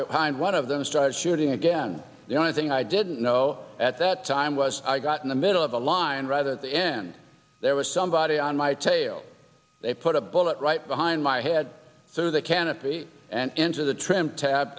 behind one of them started shooting again the only thing i didn't know at that time was i got in the middle of the line rather at the end there was somebody on my tail they put a bullet right behind my head through the canopy and into the trim tab